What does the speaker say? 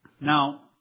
Now